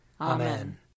Amen